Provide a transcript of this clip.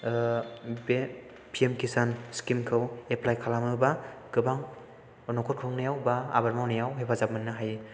बे P M Kisan scheme खौ apply खालामोब्ला गोबां न'खर खुंनायाव एबा आबाद मावनायाव हेफाजाब मोननो हायो